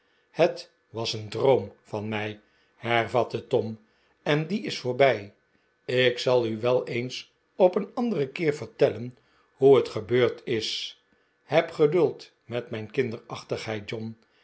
het was een droom van mij hervatte tom en die is voorbij ik zal u wel eens op een anderen keer vertellen hoe het gebeurd is heb geduld met mijn kinderachtigheid john